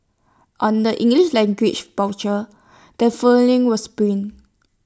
on the English language brochure the following was printed